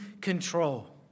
control